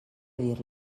dir